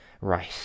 Right